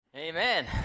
Amen